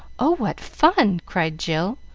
oh, what fun! cried jill.